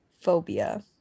phobia